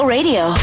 Radio